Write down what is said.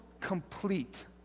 complete